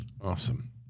Awesome